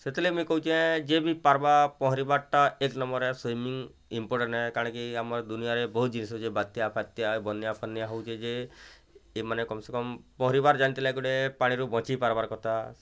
ସେଥିଲାଗି ମୁଁଇ କହୁଛି ଯିଏ ବି ପାର୍ବା ପହଁରିବାଟା ଏକ୍ ନମ୍ୱର ହେ ସୁଇମିଙ୍ଗ ଇମ୍ପୋର୍ଟାଣ୍ଟ ଏ କାଣା କି ଆମର୍ ଦୁନିଆରେ ବହୁତ୍ ଜିନିଷ୍ ଅଛି ବାତ୍ୟା ଫାତ୍ୟା ବନ୍ୟା ଫନ୍ୟା ହେଉଛି ଯେ ଏମାନେ କମ୍ ସେ କମ୍ ପହଁରିବାର୍ ଜାଣିଥିଲେ ଗୋଟେ ପାଣିରୁ ବଞ୍ଚିପାର୍ବାର୍ କଥା